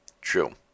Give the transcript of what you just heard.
true